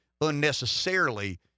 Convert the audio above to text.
unnecessarily